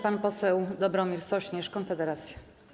Pan poseł Dobromir Sośnierz, Konfederacja.